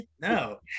No